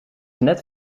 net